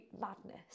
madness